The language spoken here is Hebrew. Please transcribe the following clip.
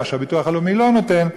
או משהו שהביטוח הלאומי לא נותן,